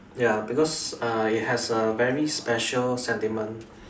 ya because uh it has a very special sentiment